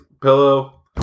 pillow